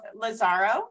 Lazaro